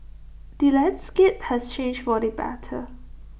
the landscape has changed for the better